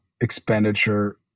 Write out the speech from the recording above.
expenditure